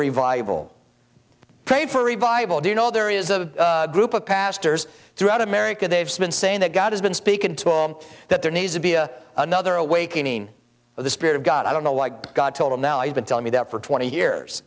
revival pray for revival do you know there is a group of pastors throughout america they've been saying that god has been speaking to him that there needs to be another awakening of the spirit of god i don't know why god told him now you've been telling me that for twenty years